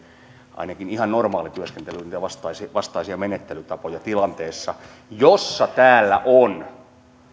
ainakin ihan normaalityöskentelyn vastaisia menettelytapoja tilanteessa jossa täällä on